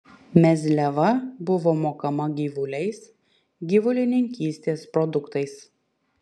mezliava buvo mokama gyvuliais gyvulininkystės produktais